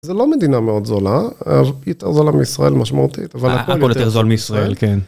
זה לא מדינה מאוד זולה, יותר זולה מישראל משמעותית, אבל הכל יותר זול מישראל, כן.